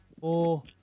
four